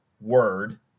word